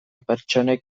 pertsonek